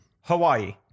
Hawaii